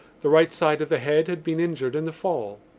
the right side of the head had been injured in the fall.